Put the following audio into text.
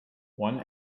one